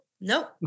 Nope